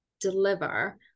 deliver